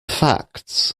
facts